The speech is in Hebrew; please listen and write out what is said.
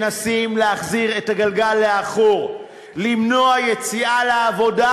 ניסו להפעיל לחץ כדי למנוע את הדיון.